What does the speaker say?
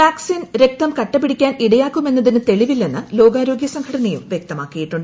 vaccine രക്തം എം എ കട്ടപിടിക്കാൻ ഇടയാക്കുമെന്നതിന് തെളിവില്ലെന്ന് ലോകാരോഗ്യ സംഘടനയും വൃക്തമാക്കിയിട്ടുണ്ട്